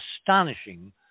astonishing